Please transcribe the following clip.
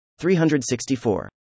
364